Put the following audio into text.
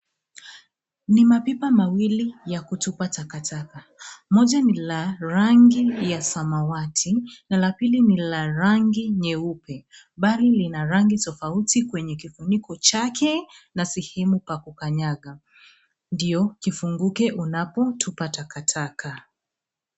Ni mapipa mawili ya kutupa takataka. Moja ni la rangi ya samawati na la pili ni la rangi nyeupe bali lina rangi tofauti kwenye kifuniko chake na sehemu pa kukanyaga ndio kifunguke unapotupa takataka.